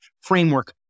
framework